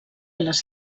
les